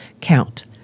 count